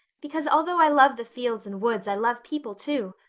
because, although i love the fields and woods, i love people too.